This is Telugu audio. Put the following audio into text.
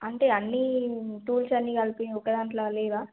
అంటే అన్నీ టూల్స్ అన్నీ కలిపి ఒక దాంట్లో లేవా